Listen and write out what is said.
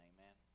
Amen